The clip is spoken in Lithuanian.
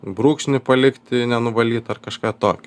brūkšnį palikti nenuvalyt ar kažką tok